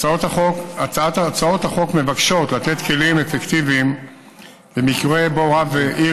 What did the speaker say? הצעות החוק מבקשות לתת כלים אפקטיביים למקרה שבו רב עיר